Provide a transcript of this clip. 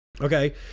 okay